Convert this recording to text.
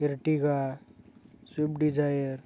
Ertiga swift Dzire